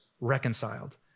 reconciled